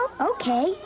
Okay